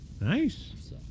Nice